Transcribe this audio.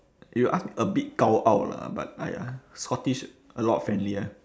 you ask a bit 高傲 lah but !aiya! scottish a lot friendlier